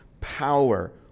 power